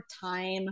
time